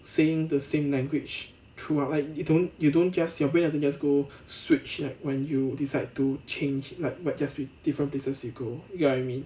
saying the same language throughout like you don't you don't just your brain doesn't just go switch like when you decide to change like but just with different places you go you get what I mean